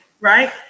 right